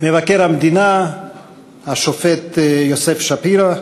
מבקר המדינה השופט יוסף שפירא,